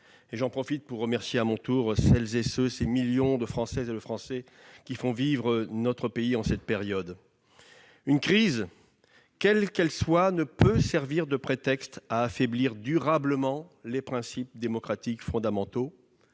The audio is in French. ce sujet, de remercier à mon tour les millions de Françaises et de Français qui font vivre notre pays en cette période. Une crise, quelle qu'elle soit, ne peut servir de prétexte à affaiblir durablement les principes démocratiques fondamentaux,